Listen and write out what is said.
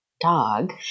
dog